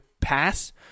pass